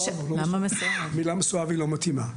המילה מסואב לא מתאימה.